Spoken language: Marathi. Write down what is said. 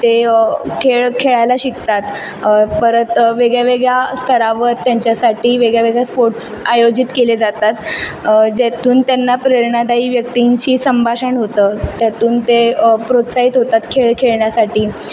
ते खेळ खेळायला शिकतात परत वेगळ्या वेगळ्या स्तरावर त्यांच्यासाठी वेगळ्या वेगळ्या स्पोर्ट्स आयोजित केले जातात ज्यातून त्यांना प्रेरणादायी व्यक्तींशी संभाषण होतं त्यातून ते प्रोत्साहित होतात खेळ खेळण्यासाठी